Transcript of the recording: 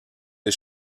des